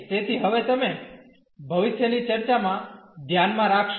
તેથી હવે તમે ભવિષ્યની ચર્ચામાં ધ્યાનમાં રાખશો